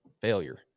failure